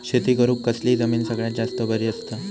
शेती करुक कसली जमीन सगळ्यात जास्त बरी असता?